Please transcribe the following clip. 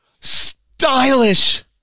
Stylish